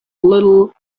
little